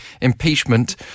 impeachment